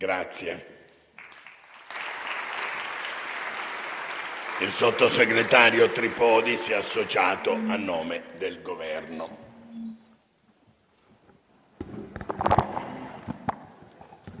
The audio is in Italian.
Il sottosegretario Tripodi si è associato, a nome del Governo.